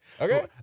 okay